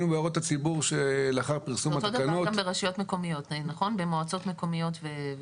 אותו דבר גם ברשויות מקומיות ובמועצות מקומיות.